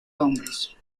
hombres